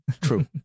true